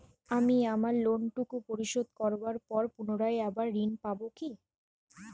আমি আমার লোন টুকু পরিশোধ করবার পর পুনরায় আবার ঋণ পাবো কি?